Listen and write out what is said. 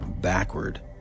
backward